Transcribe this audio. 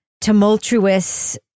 tumultuous